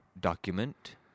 document